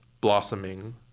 blossoming